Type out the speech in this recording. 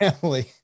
family